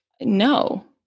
No